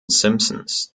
simpsons